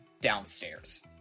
downstairs